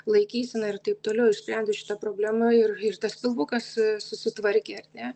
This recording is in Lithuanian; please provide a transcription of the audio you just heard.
laikysena ir taip toliau išsprendus šitą problemą ir tas pilvukas susitvarkė ar ne